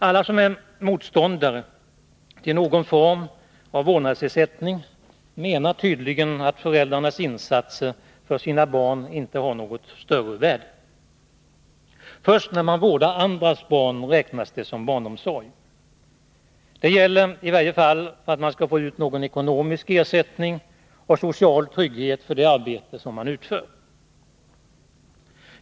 Alla som är motståndare till någon form av vårdnadsersättning menar tydligen att föräldrarnas insatser för sina barn inte har något större värde. Först när man vårdar andras barn räknas det som barnomsorg. Det gäller i varje fall för att man skall få ut någon ekonomisk ersättning och social trygghet för det arbete som man utför.